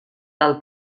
del